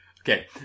Okay